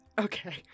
okay